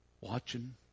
Watching